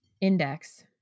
index